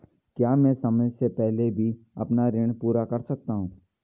क्या मैं समय से पहले भी अपना ऋण पूरा कर सकता हूँ?